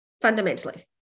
fundamentally